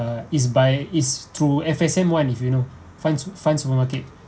uh is by it's through F_S_M one if you know funds funds supermarket